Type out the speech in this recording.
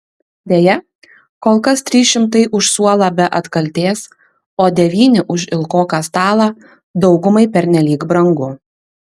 deja kol kas trys šimtai už suolą be atkaltės o devyni už ilgoką stalą daugumai pernelyg brangu